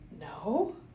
No